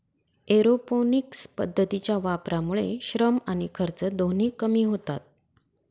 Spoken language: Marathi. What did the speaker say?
एरोपोनिक्स पद्धतीच्या वापरामुळे श्रम आणि खर्च दोन्ही कमी होतात